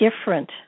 different